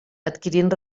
adquirint